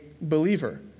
believer